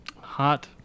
Hot